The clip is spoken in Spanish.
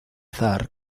zar